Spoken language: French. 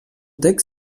texte